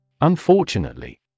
Unfortunately